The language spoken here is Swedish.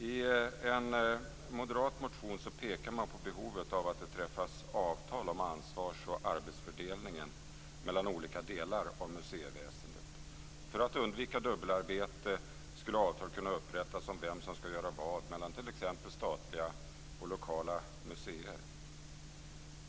I en moderat motion pekar man på behovet av att det träffas avtal om ansvars och arbetsfördelningen mellan olika delar av museiväsendet. För att undvika dubbelarbete skulle avtal kunna upprättas om vem som skall göra vad mellan t.ex. statliga och lokala museer.